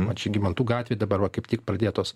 mat žygimantų gatvėj dabar va kaip tik pradėtos